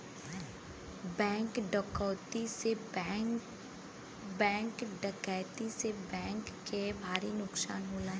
bank डकैती से bank के भारी नुकसान होला